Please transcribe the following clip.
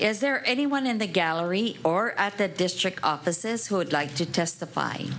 is there anyone in the gallery or at the district offices who would like to testify